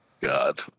God